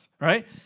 Right